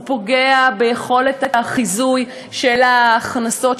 הוא פוגע ביכולת החיזוי של ההכנסות,